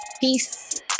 Peace